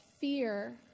fear